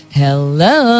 hello